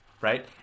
Right